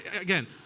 again